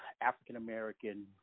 African-American